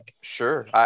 Sure